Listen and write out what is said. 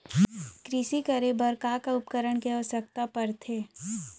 कृषि करे बर का का उपकरण के आवश्यकता परथे?